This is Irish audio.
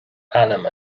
ainm